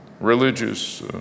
religious